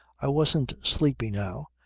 i wasn't sleepy now,